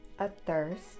athirst